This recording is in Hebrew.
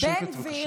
שקט, בבקשה.